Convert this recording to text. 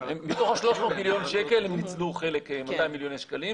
מתוך ה-300 מיליון שקל הם ניצלו 200 מיליוני שקלים,